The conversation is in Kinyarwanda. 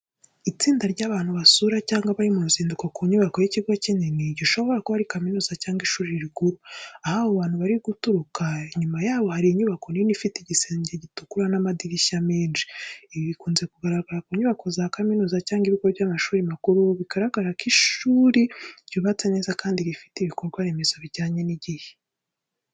Itsinda ry’abantu basura cyangwa bari mu ruzinduko ku nyubako y’ikigo kinini, gishobora kuba ari kaminuza cyangwa ishuri rikuru. Aho abo bantu bari guturuka inyuma yabo hari inyubako nini ifite igisenge gitukura n’amadirishya menshi. Ibi bikunze kugaragara ku nyubako za kaminuza cyangwa ibigo by’amashuri makuru bigaragara ko ishuri ryubatse neza kandi rifite ibikorwa remezo bijyanye n’igihe.